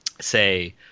say –